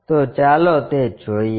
તો ચાલો તે જોઈએ